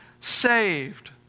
saved